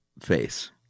face